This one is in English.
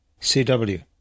CW